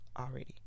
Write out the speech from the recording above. already